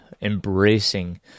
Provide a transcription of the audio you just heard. embracing